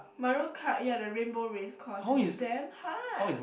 my road cut yeah the Rainbow race course is damn hard